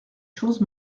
chose